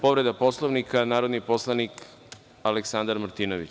Povreda Poslovnika, narodni poslanik Aleksandar Martinović.